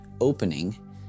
opening